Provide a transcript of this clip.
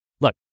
Look